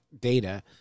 data